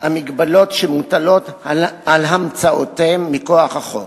המגבלות שמוטלות על אמצאותיהם מכוח החוק,